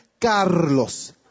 Carlos